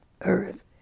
earth